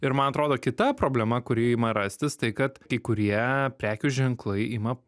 ir man atrodo kita problema kuri ima rastis tai kad kai kurie prekių ženklai ima